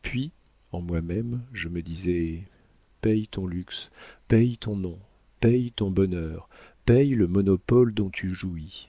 puis en moi-même je me disais paie ton luxe paie ton nom paie ton bonheur paie le monopole dont tu jouis